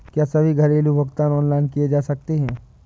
क्या सभी घरेलू भुगतान ऑनलाइन किए जा सकते हैं?